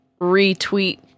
retweet